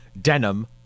denim